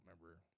remember